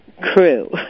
crew